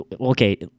okay